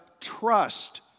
trust